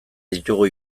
ditugu